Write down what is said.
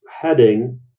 heading